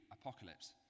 Apocalypse